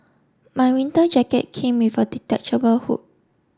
my winter jacket came with a detachable hood